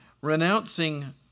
renouncing